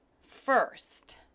First